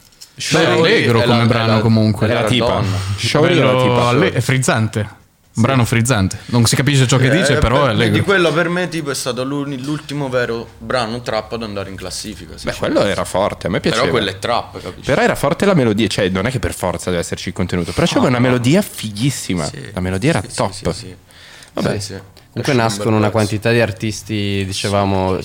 È Shaori allegro è la- come è la- brano comunque. è la Era la tipa. donna. Bello- Shaori era la tipa. alle- è frizzante. Un Sì. brano frizzante. Non si capisce ciò che Sì, eh, dice, però per- è quindi allegro. quello per me, tipo, è stato l'uni- l'ultimo vero brano trap ad andare in classifica, se Beh, ci quello pensi. era forte, a me Però piaceva. quello è trap, capisci? Però era forte la melodia, cioè, non è che per forza deve esserci il contenuto, però c'aveva Ah, una no. melodia fighissima. Sì. La melodia era Sì, sì, top. sì, sì. Vabbè. Sì, sì. Comunque Lasciamo un nascono bel una pezzo. quantità di artisti, dicevamo,